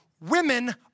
Women